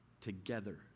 together